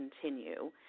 continue